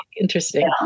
interesting